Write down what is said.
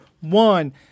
One